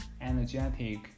energetic